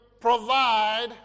provide